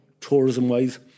tourism-wise